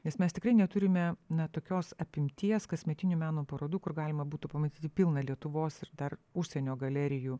nes mes tikrai neturime na tokios apimties kasmetinių meno parodų kur galima būtų pamatyti pilną lietuvos ir dar užsienio galerijų